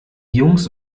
jungs